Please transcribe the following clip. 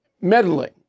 Meddling